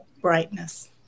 brightness